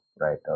right